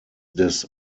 des